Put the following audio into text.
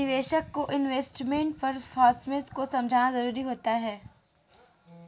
निवेशक को investment performance को समझना जरुरी होता है